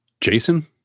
jason